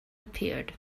appeared